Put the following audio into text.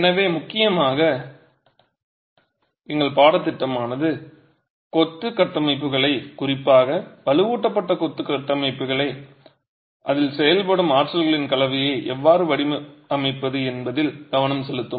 எனவே முக்கியமாக எங்கள் பாடத்திட்டமானது கொத்து கட்டமைப்புகளை குறிப்பாக வலுவூட்டப்பட்ட கொத்து கட்டமைப்புகளை அதில் செயல்படும் ஆற்றல்களின் கலவையை எவ்வாறு வடிவமைப்பது என்பதில் கவனம் செலுத்தும்